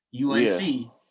UAC